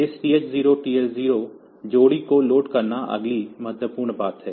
इस TH0 TL0 जोड़ी को लोड करना अगली महत्वपूर्ण बात है